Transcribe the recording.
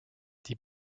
die